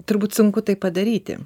turbūt sunku tai padaryti